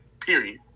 Period